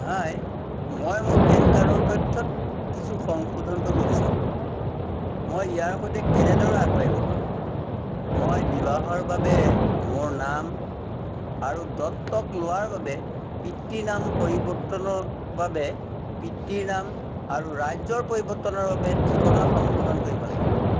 হাই মই মোৰ পেন কাৰ্ডৰ তথ্যত কিছু সংশোধন কৰিব বিচাৰোঁ মই ইয়াৰ সৈতে কেনেদৰে আগবাঢ়িব পাৰোঁ মই বিবাহৰ বাবে মোৰ নাম আৰু দত্তক লোৱাৰ বাবে পিতৃৰ নাম পৰিৱৰ্তনৰ বাবে পিতৃৰ নাম আৰু ৰাজ্যৰ পৰিৱৰ্তনৰ বাবে ঠিকনা সংশোধন কৰিব লাগিব